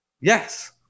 Yes